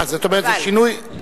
זאת אומרת זה שינוי.